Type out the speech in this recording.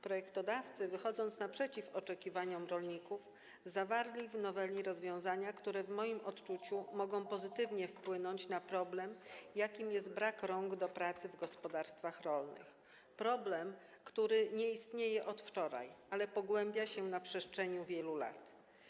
Projektodawcy, wychodząc naprzeciw oczekiwaniom rolników, zawarli w noweli rozwiązania, które w moim odczuciu mogą pozytywnie wpłynąć na rozwiązanie problemu, jakim jest brak rąk do pracy w gospodarstwach rolnych, problemu, który nie istnieje od wczoraj, ale pogłębiał się na przestrzeni wielu lat.